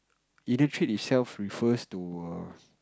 inner trait itself refers to a